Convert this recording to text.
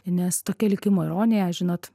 nes tokia likimo ironija žinot